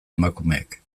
emakumeek